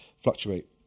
fluctuate